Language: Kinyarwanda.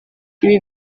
ibi